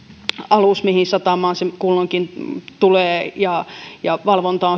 alus kulloinkin tulee ja ja valvonta on